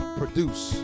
produce